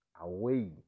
away